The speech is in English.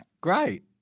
Great